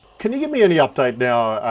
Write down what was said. can you give me any update now,